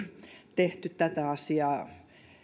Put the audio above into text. tehty tätä asiaa